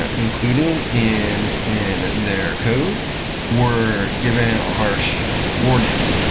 ah included in in their code were given a harsh warning.